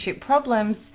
problems